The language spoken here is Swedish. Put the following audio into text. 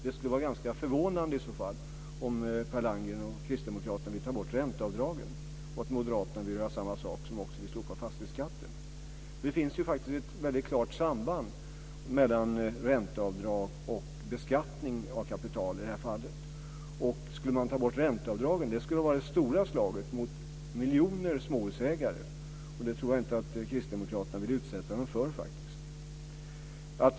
Det skulle vara ganska förvånande i så fall om Per Landgren och kristdemokraterna vill ta bort ränteavdragen och att moderaterna vill göra samma sak, som också vill slopa fastighetsskatten. Det finns ju faktiskt ett väldigt klart samband mellan ränteavdrag och beskattning av kapital i det här fallet. Om man skulle ta bort ränteavdragen skulle det vara det stora slaget mot miljoner småhusägare, och det tror jag faktiskt inte att kristdemokraterna vill utsätta dem för.